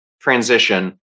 transition